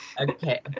Okay